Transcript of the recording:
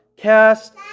cast